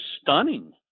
stunning